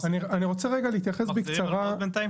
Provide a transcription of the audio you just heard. בינתיים